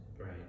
right